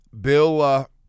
Bill